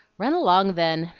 run along then.